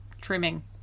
trimming